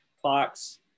clocks